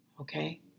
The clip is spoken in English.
Okay